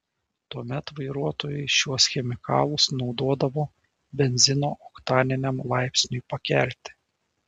tuomet vairuotojai šiuos chemikalus naudodavo benzino oktaniniam laipsniui pakelti